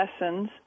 lessons